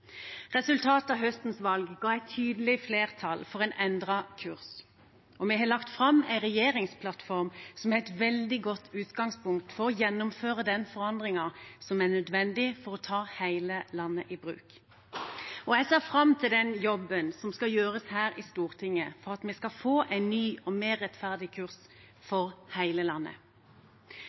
Resultatet av høstens valg ga et tydelig flertall for en endret kurs, og vi har lagt fram en regjeringsplattform som er et veldig godt utgangspunkt for å gjennomføre den forandringen som er nødvendig for å ta hele landet i bruk. Jeg ser fram til den jobben som skal gjøres her i Stortinget for at vi skal få en ny og mer rettferdig kurs for hele landet.